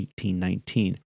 1819